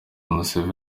museveni